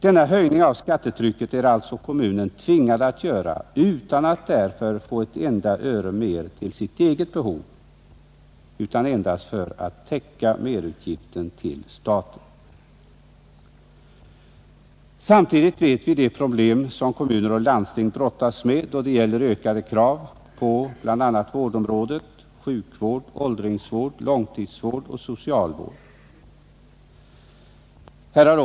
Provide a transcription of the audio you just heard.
Denna höjning av skattetrycket är alltså kommunen tvingad att göra utan att få ett enda öre mer för sina egna behov, endast för att täcka merutgiften till staten. Samtidigt vet vi vilka problem som kommuner och landsting brottas med på grund av ökade krav bl.a. för sjukvård, åldringsvård, långtidsvård, socialvård m.m.